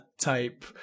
type